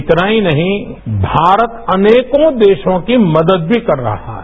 इतना ही नहीं भारत अनेकों देशों की मदद भी कर रहा है